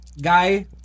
guy